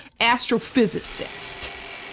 astrophysicist